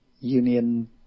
union